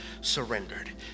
surrendered